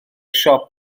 siop